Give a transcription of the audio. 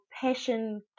passion